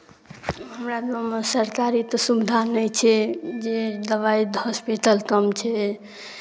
हमरा गाँवमे सरकारी तऽ सुविधा नहि छै जे दवाइ हॉस्पिटल कम छै